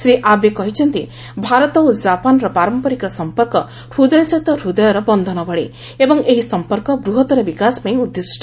Shri Abe କହିଛନ୍ତି ଭାରତ ଓ କାପାନର ପାରମ୍ପରିକ ସମ୍ପର୍କ ହୃଦୟ ସହିତ ହୃଦୟର ବନ୍ଧନ ଭଳି ଏବଂ ଏହି ସମ୍ପର୍କ ବୃହତ୍ତର ବିକାଶ ପାଇଁ ଉଦ୍ଦିଷ୍ଟ